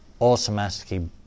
automatically